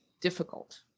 difficult